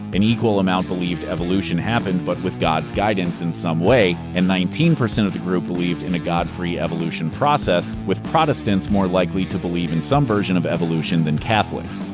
an equal amount believed evolution happened but with god's guidance in some way, and nineteen percent of the group believed in a god-free evolution process, with protestants more likely to believe in some version of evolution than catholics.